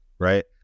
Right